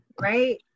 right